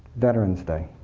veterans day.